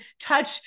touch